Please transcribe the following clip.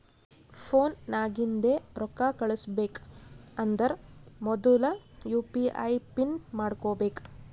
phone ನಾಗಿಂದೆ ರೊಕ್ಕಾ ಕಳುಸ್ಬೇಕ್ ಅಂದರ್ ಮೊದುಲ ಯು ಪಿ ಐ ಪಿನ್ ಮಾಡ್ಕೋಬೇಕ್